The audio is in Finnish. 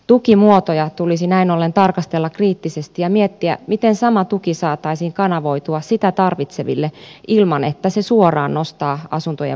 tukimuotoja tulisi näin ollen tarkastella kriittisesti ja miettiä miten sama tuki saataisiin kanavoitua sitä tarvitseville ilman että se suoraan nostaa asuntojen vuokratasoa